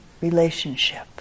relationship